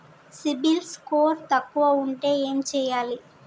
CIBIL score తక్కువ ఉంటే ఏం చేయాలి?